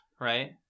right